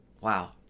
Wow